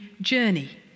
journey